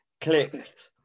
clicked